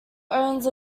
owes